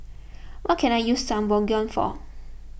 what can I use Sangobion for